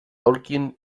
tolkien